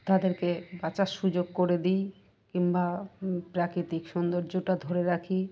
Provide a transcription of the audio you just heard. তাদেরকে বাঁচার সুযোগ করে দিই কিংবা প্রাকৃতিক সৌন্দর্যটা ধরে রাখি